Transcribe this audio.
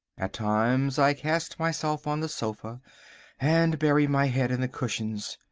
at times i cast myself on the sofa and bury my head in the cushions.